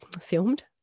Filmed